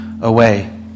away